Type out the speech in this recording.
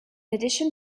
addition